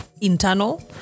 internal